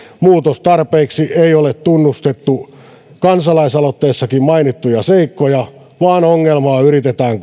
muutostarpeiksi ei ole tunnustettu kansalais aloitteessakin mainittuja seikkoja vaan ongelmaa yritetään